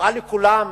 פתוחה לכולם,